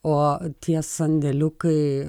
o tie sandėliukai